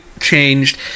changed